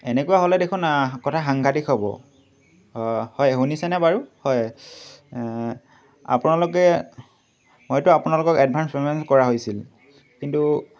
এনেকুৱা হ'লে দেখোন কথা সাংঘাতিক হ'ব অ হয় শুনিছেনে বাৰু হয় আপোনালোকে মইতো আপোনালোকক এডভান্স পে'মেণ্ট কৰা হৈছিল কিন্তু